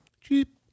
Cheap